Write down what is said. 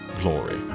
glory